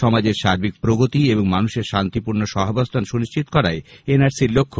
সমাজের সার্বিক প্রগতি এবং মানুষের শান্তিপূর্ণ সহাবস্থান সনিশ্চিত করাই এনআরসি র লক্ষ্য